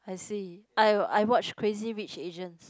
I see I I watch Crazy Rich Asians